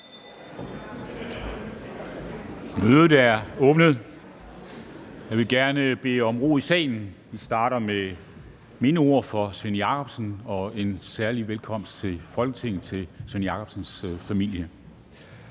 Mødet er åbnet. Jeg vil gerne bede om ro i salen. Vi starter med mindeord for Svend Jakobsen, og vi byder særlig velkommen til Svend Jakobsens familie.